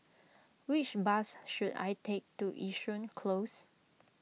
which bus should I take to Yishun Close